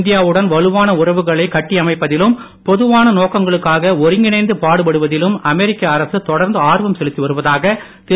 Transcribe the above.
இந்தியாவுடன் வலுவான உறவுகளை கட்டியமைப்பதிலும்பொதுவான நோக்கங்களுக்காக ஒருங்கிணைந்து பாடுபடுவதிலும் அமெரிக்க அரசு தொடர்ந்து ஆர்வம் செலுத்தி வருவதாக திரு